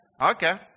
Okay